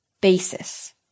Basis